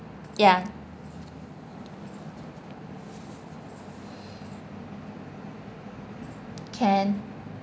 ya can